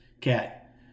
cat